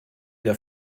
der